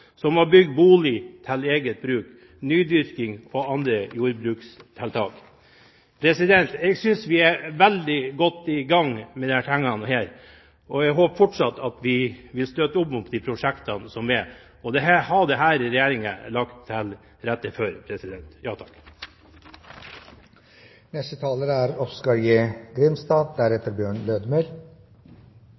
som å bygge bolig til eget bruk, nydyrking og andre jordbrukstiltak. Jeg synes vi er veldig godt i gang med disse tingene, og jeg håper fortsatt at man vil støtte opp om de prosjektene som er. Det har regjeringen lagt til rette for.